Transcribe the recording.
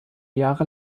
jahre